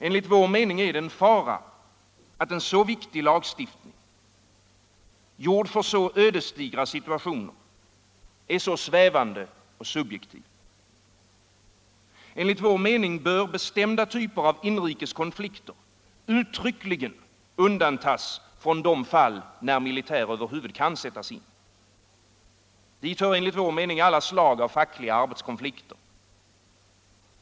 Enligt vår mening är det en fara att en så viktig lagstiftning, gjord för så ödesdigra situationer, är så svävande och subjektiv. Enligt vår mening bör bestämda typer av inrikes konflikter uttryckligen undantas från de fall när militär över huvud taget kan sättas in. Dit hör, anser vi, alla slag av fackliga arbetskonflikter.